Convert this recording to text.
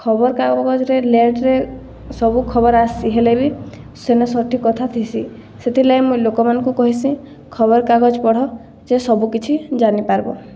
ଖବର୍କାଗଜରେ ଲେଟ୍ରେ ସବୁ ଖବର୍ ଆଏସି ହେଲେ ବି ସେନେ ସଠିକ୍ କଥା ଥିସି ସେଥିର୍ଲାଗି ମୁଇଁ ଲୋକମାନ୍କୁ କହେସିଁ ଖବର୍କାଗଜ ପଢ଼ ଯେ ସବୁକିଛି ଜାନିପାର୍ବ